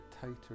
tighter